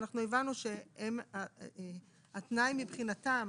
אנחנו הבנו שהתנאי מבחינתם,